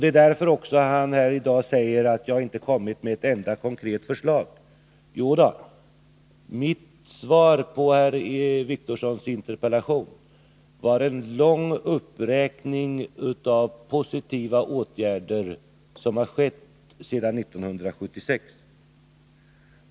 Det är därför han här i dag säger att jag inte kommit med ett enda konkret förslag. Jo då, mitt svar på herr Wictorssons interpellation var en lång uppräkning av positiva åtgärder som har vidtagits sedan 1976.